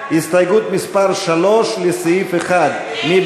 אורלי לוי אבקסיס, סופה לנדבר, חמד